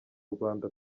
rwanda